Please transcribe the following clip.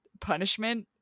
punishment